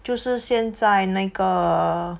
就是现在那个